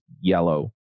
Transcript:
yellow